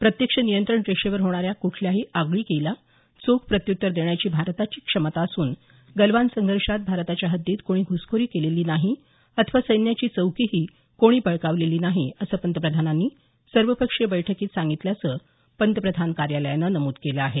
प्रत्यक्ष नियंत्रण रेषेवर होणाऱ्या कुठल्याही आगळीकीला चोख प्रत्युत्तर देण्याची भारताची क्षमता असून गलवान संघर्षात भारताच्या हद्दीत क्णी घुसखोरी केलेली नाही अथवा सैन्याची चौकीही कोणी बळकावलेली नाही असं पंतप्रधानांनी सर्वपक्षीय बैठकीत सांगितल्याचं पंतप्रधान कार्यालयानं नमूद केलं आहे